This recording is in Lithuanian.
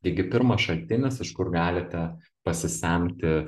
taigi pirmas šaltinis iš kur galite pasisemti